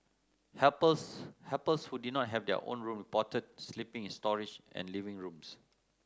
helpers helpers who did not have their own room reported sleeping in storage and living rooms